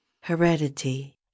HEREDITY